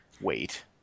wait